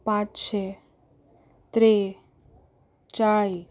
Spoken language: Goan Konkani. पांचशे त्रेचाळीस